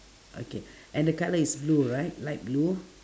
okay and the colour is blue right light blue